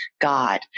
god